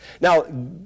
Now